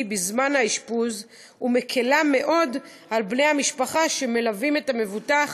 בזמן האשפוז ומקלה מאוד על בני המשפחה שמלווים את המבוטח